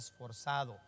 esforzado